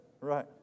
Right